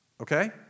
Okay